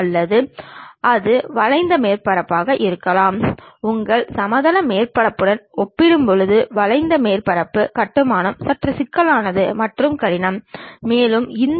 அதைப்போலவே இந்த செவ்வக பெட்டகத்தை மேலிருந்து பார்த்தால் அல்லது மேலிருந்து ஒரு ஒளிரும் விளக்கை பாய்ச்சினால் A மற்றும் B என்ற பக்கங்களை நாம் பார்க்க முடியாது